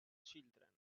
children